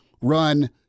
run